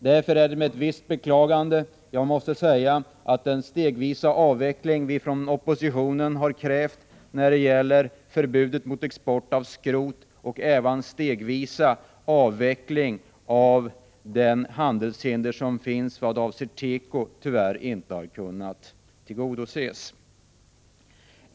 Det är därför med ett visst beklagande jag måste säga att de krav vi från oppositionen har ställt beträffande en stegvis avveckling av förbudet mot export av skrot, liksom en stegvis avveckling av de handelshinder som finns vad avser teko, tyvärr inte har kunnat tillgodoses.